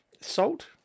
Salt